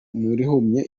rihumye